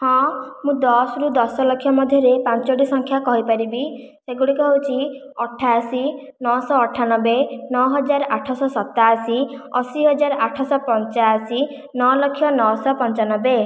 ହଁ ମୁଁ ଦଶ ରୁ ଦଶ ଲକ୍ଷ ମଧ୍ୟରେ ପାଞ୍ଚୋଟି ସଂଖ୍ୟା କହି ପାରିବି ଏଗୁଡିକ ହେଉଛି ଅଠାଅଶି ନ ଶହ ଅଠାନବେ ନ ହଜାର ଆଠ ଶହ ସତାଅଶି ଅଶି ହଜାର ଆଠ ଶହ ପଞ୍ଚାଅଶି ନ ଲକ୍ଷ ନ ଶହ ପଞ୍ଚାନବେ